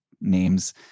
names